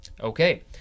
Okay